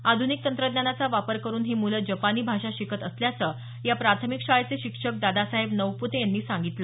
आध्निक तंत्रज्ञानाचा वापर करुन ही मूलं जपानी भाषा शिकत असल्याचं या प्राथमिक शाळेचे शिक्षक दादासाहेब नवप्ते यांनी सांगितलं